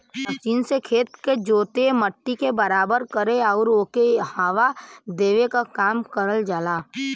machine से खेत के जोते, मट्टी के बराबर करे आउर ओके हवा देवे क काम करल जाला